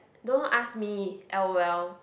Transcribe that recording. don't ask me L_O_L